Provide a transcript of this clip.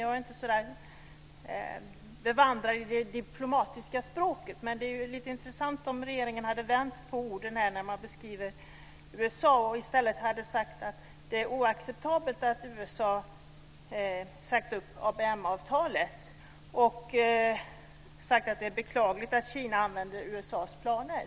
Jag är inte särskilt bevandrad i det diplomatiska språket, men det hade varit intressant om regeringen hade vänt på orden i beskrivningen av USA och i stället hade sagt att det är oacceptabelt att USA har sagt upp ABM-avtalet och att det är beklagligt att Kina använder USA:s planer.